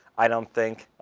i don't think.